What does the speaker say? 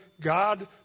God